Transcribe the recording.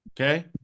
Okay